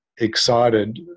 excited